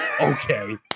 Okay